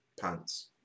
Pants